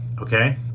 okay